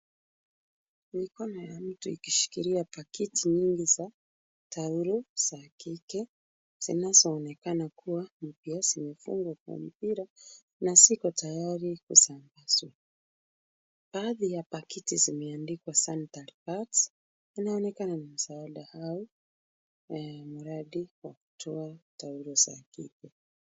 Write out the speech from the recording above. Mikono ya mtu ikishikilia pakiti nyingi za taulo za kike zinazoonekana kuwa mpya zimefungwa kwa mpira na ziko tayari kusambazwa. Baadhi ya pakiti zimeandikwa Sanitary Pads , inaonekana ni msaada au mradi wa kutoa taulo za kike.